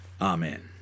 Amen